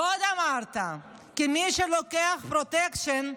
ועוד אמרת כי מי שלוקח פרוטקשן,